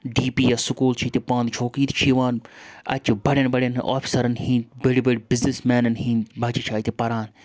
D P S school چھِ ییٚتہِ پاندچوکہٕ ییتہِ چھِ یِوان اَتہِ چھِ بَڑٮ۪ن بَڑٮ۪ن آفِسَرَن ہِنٛدۍ بٔڑۍ بٔڑۍ بِزنِس مینَن ہِنٛدۍ بَچہِ چھِ اَتہِ پَران